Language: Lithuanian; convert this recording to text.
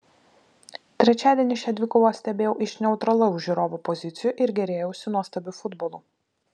trečiadienį šią dvikovą stebėjau iš neutralaus žiūrovo pozicijų ir gėrėjausi nuostabiu futbolu